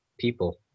people